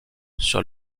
sur